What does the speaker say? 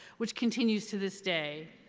which continues to this day.